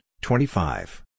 twenty-five